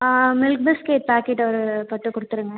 milk biscuit packet ஒரு பத்து கொடுத்துருங்க